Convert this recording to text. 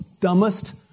dumbest